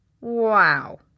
Wow